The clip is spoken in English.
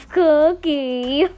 cookie